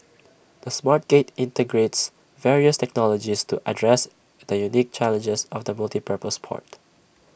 the smart gate integrates various technologies to address the unique challenges of A multipurpose port